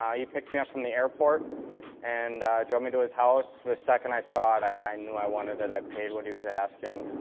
he picked me up from the airport and drove me to his house. the second i saw it, i knew i wanted it. i paid what he was asking.